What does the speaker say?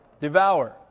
Devour